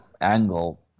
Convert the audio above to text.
Angle